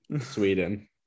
Sweden